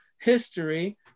history